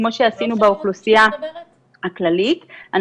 כמו שעשינו באוכלוסייה הכללית.